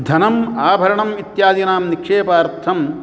धनम् आभरणम् इत्यादीनां निक्षेपार्थं